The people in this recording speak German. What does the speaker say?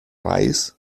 reis